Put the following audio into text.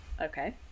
Okay